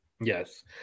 Yes